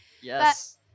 Yes